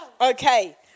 Okay